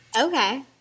Okay